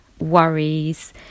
worries